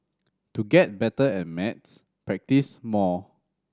to get better at maths practise more